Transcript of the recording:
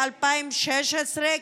ב-2016,